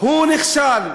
הוא נכשל.